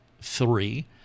three